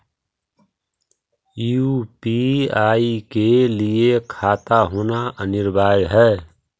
UPI के लिए खाता होना अनिवार्य है?